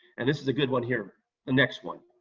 and this is a good one here, the next one.